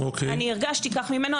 אני הרגשתי כך ממנו,